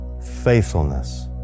faithfulness